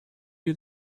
you